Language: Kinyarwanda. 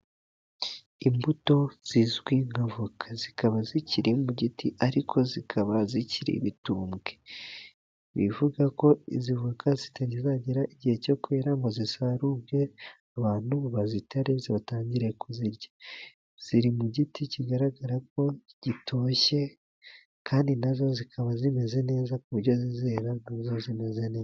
Imbuto zizwi nka avoka, zikaba zikiri mu giti ariko zikaba zikiri ibitumbwe. Bivuga ko izi avoka zitaragera igihe cyo kwera ngo zisarurwe, abantu bazitare batangire kuzirya. Ziri mu giti kigaragara ko gitoshye, kandi na zo zikaba zimeze neza, ku buryo zizera na zo zimeze neza.